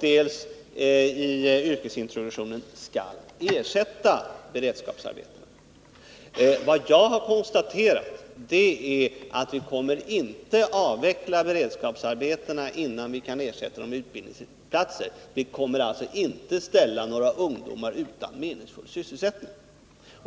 dels i yrkesintroduktionen skall ersätta beredskapsarbetena. Vad jag konstaterat är att vi inte kommer att avveckla beredskapsarbetena innan vi kan ersätta dem med utbildningsinsatser. Vi kommer alltså inte att ställa några ungdomar utan meningsfull sysselsättning.